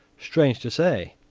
strange to say,